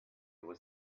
was